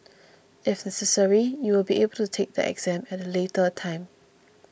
if necessary you will be able to take the exam at a later time